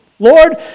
Lord